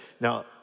now